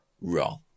wrong